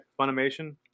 Funimation